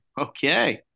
Okay